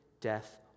death